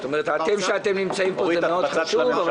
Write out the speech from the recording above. זה מאוד חשוב שאתם נמצאים פה,